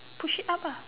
push it up ah